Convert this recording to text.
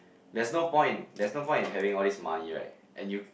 there's no point there's no point in having all this money right and you